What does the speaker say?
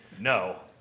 No